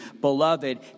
Beloved